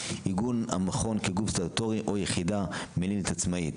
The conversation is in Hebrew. עיגון המכון כגוף סטטוטורי או יחידה מנהלית עצמאית.